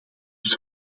dus